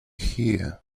here